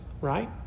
right